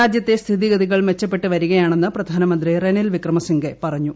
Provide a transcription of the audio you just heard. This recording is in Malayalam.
രാജ്യത്തെ സ്ഥിതിഗതികൾ മെച്ചപ്പെട്ടുവരികയാണെന്ന് പ്രധാനമന്ത്രി റനിൽ വിക്രമ സിൻഹെ പറഞ്ഞു